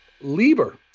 Lieber